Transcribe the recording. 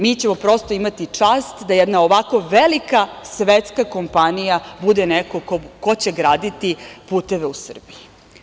Mi ćemo prosto imati čast da jedna ovako velika svetska kompanija bude neko ko će graditi puteve u Srbiji.